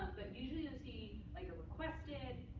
usually you'll see, like, a requested,